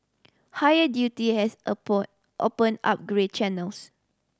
higher duty has open opened up grey channels